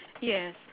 Yes